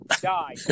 die